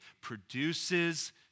produces